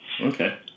Okay